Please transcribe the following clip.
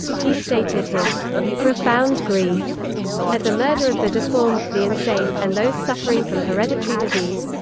he stated his profound grief at the murder of the deformed, the insane, and those suffering from hereditary disease.